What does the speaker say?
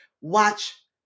Watch